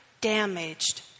damaged